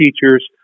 teachers